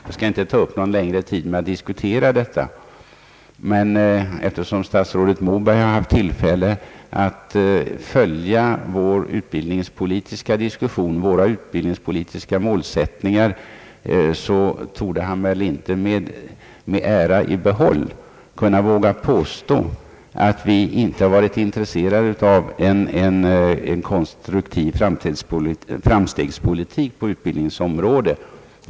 Jag skall inte ta någon längre tid i anspråk för att diskutera detta, men eftersom statsrådet Moberg haft tillfälle att följa vår utbildningspolitiska diskussion och bör känna till våra målsättningar härvidlag torde han inte med äran i behåll våga påstå att vi inte varit intresserade av en konstruktiv framstegspolitik på utbildningens område.